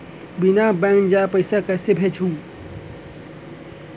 बिना बैंक जाए पइसा कइसे भेजहूँ?